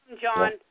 John